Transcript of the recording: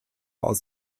aus